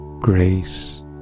grace